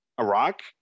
Iraq